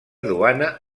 duana